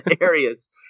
areas